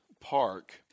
park